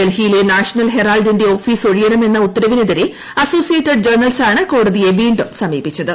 ഡൽഹിയിലെ നാഷണൽ ഹെറാൾഡിന്റെ ഓഫീസ് ഒഴിയണമെന്ന ഉത്തരവിനെതിരെ അസോസിയേറ്റഡ് ജേണൽസാണ് കോടതിയെ വീണ്ടും സമീപിച്ചത്